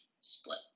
split